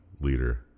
leader